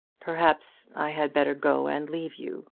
perhaps i had better go and leave you,